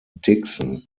dixon